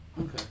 Okay